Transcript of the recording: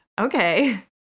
okay